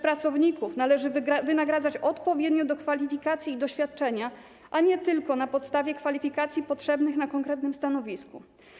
Pracowników należy wynagradzać odpowiednio do kwalifikacji i doświadczenia, a nie tylko na podstawie kwalifikacji potrzebnych na konkretnym stanowisku.